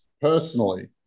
personally